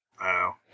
Wow